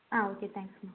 ஆ okay தேங்க்ஸ்ம்மா